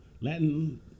Latin